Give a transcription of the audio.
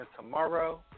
tomorrow